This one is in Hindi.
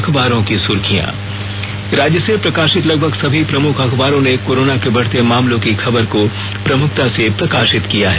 अखबारों की सुर्खियां राज्य से प्रकाशित लगभग सभी प्रमुख अखबारों ने कोरोना के बढ़ते मामलों की खबर को प्रमुखता से प्रकाशित किया है